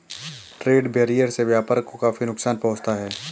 trade barrier से व्यापार को काफी नुकसान पहुंचता है